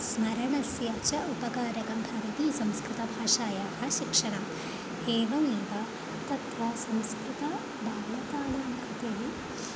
स्मरणस्य च उपकारकं भवति संस्कृतभाषायाः शिक्षणम् एवमेव तत्र संस्कृतबालकानां कृते